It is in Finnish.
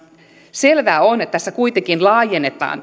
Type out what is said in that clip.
selvää on että tässä kuitenkin laajennetaan